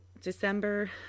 December